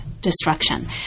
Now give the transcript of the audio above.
destruction